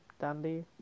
Dandy